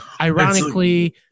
ironically